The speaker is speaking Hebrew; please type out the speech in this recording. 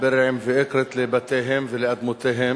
בירעם ואקרית לבתיהם ולאדמותיהם,